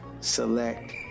select